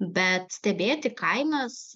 bet stebėti kainas